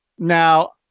Now